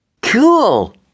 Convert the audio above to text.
Cool